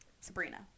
Sabrina